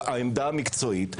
העמדה המקצועית,